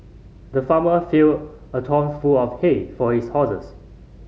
the farmer filled a trough full of hay for his horses